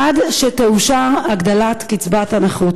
עד שתאושר הגדלת קצבת הנכות.